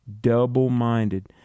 double-minded